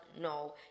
No